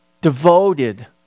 devoted